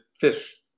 fish